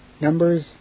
Numbers